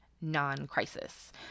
non-crisis